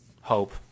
hope